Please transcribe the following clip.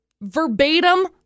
verbatim